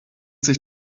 sich